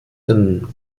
denn